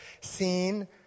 seen